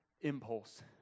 impulse